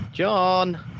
John